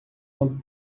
uma